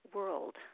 World